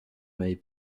may